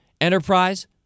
enterprise